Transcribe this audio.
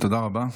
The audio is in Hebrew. תודה רבה.